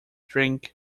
drink